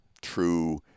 true